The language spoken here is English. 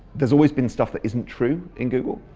there's always been stuff that isn't true in google,